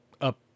up